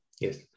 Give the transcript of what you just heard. Yes